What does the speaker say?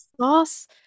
sauce